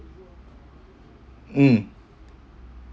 mm